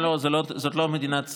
אבל זאת מדינת ישראל,